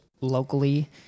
locally